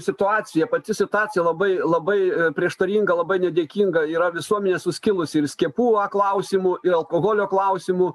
situacija pati situacija labai labai prieštaringa labai nedėkinga yra visuomenė suskilusi ir skiepų klausimu ir alkoholio klausimu